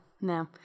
no